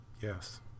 Yes